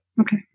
Okay